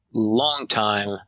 long-time